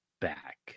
back